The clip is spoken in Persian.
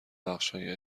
بخشهای